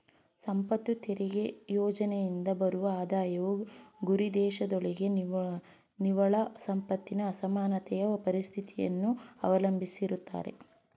ಸಂಪತ್ತು ತೆರಿಗೆ ಯೋಜ್ನೆಯಿಂದ ಬರುವ ಆದಾಯವು ಗುರಿದೇಶದೊಳಗೆ ನಿವ್ವಳ ಸಂಪತ್ತಿನ ಅಸಮಾನತೆಯ ಉಪಸ್ಥಿತಿಯನ್ನ ಅವಲಂಬಿಸಿರುತ್ತೆ